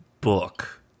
book